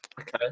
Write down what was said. Okay